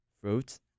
fruits